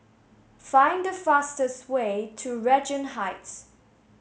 find the fastest way to Regent Heights